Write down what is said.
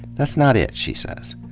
that's not it, she says.